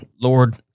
Lord